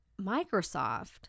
Microsoft